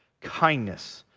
kindness,